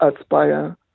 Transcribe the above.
aspire